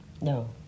No